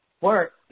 work